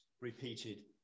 repeated